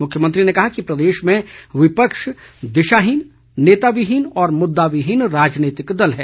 मुख्यमंत्री ने कहा कि प्रदेश में विपक्ष दिशाहीन नेताविहीन और मुद्दाविहीन राजनीतिक दल है